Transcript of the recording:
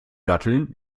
datteln